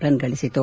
run ಗಳಿಸಿತು